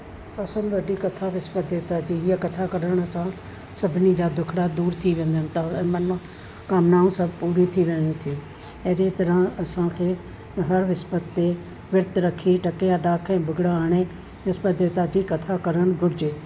असुलि वॾी कथा विस्पति देवता जी हीअ कथा करण सां सभिनी जा दुखिड़ा दूरि थी वेंदा आहिनि तनु ऐं मनु कामनाऊं सभु पूरी थी रहनि थियूं अहिड़े तरहि असांखे हर विस्पति ते विर्तु रखी टके जा ॾाख ऐं भुॻिड़ा आणे विस्पति देवता जी कथा करणु घुरिजे